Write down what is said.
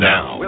Now